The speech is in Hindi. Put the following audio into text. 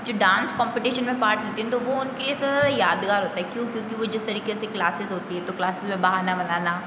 जो डांस कॉम्पिटिशन में पार्ट लेते हैं तो वो उनके लिए सदा यादगार होता है क्यों क्योंकि वो जिस तरीके से क्लासिज़ होती हैं तो क्लास में बहाना बनाना